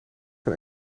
van